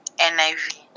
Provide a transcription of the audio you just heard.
NIV